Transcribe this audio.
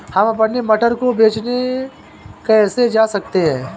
हम अपने मटर को बेचने कैसे जा सकते हैं?